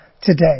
today